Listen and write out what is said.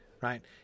right